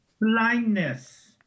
blindness